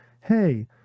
hey